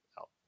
out